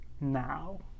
now